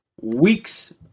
weeks